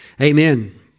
Amen